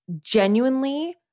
Genuinely